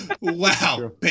Wow